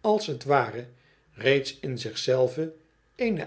als het ware reeds in zich zelve een